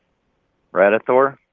radithor?